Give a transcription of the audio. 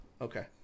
Okay